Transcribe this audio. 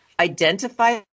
identify